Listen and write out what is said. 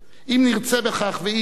אם נרצה בכך ואם לאו,